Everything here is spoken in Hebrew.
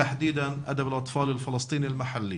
בעיקר הספרות הפלסטינית המקומית.